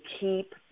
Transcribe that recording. keep